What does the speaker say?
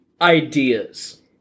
ideas